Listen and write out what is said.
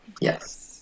Yes